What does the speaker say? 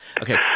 Okay